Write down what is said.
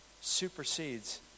supersedes